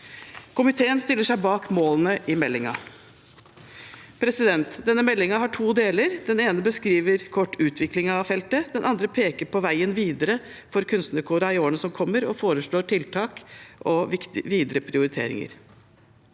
Komiteen stiller seg bak målene i meldingen. Meldingen har to deler. Den ene delen beskriver kort utviklingen av kunstnerfeltet, og den andre peker på veien videre for kunstnerkårene i årene som kommer, og foreslår tiltak og videre prioriteringer.